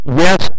yes